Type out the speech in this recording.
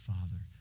Father